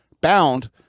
bound